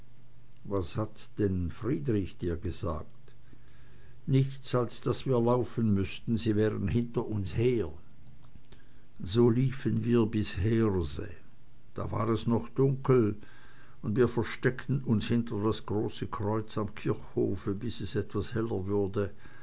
was hat denn friedrich dir gesagt nichts als daß wir laufen müßten sie wären hinter uns her so liefen wir bis heerse da war es noch dunkel und wir versteckten uns hinter das große kreuz am kirchhofe bis es etwas heller würde